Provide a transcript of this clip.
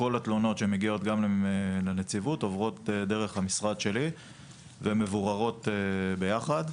כל התלונות שמגיעות גם לנציבות עוברות דרך המשרד שלי ומבוררות ביחד,